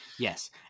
Yes